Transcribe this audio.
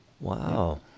Wow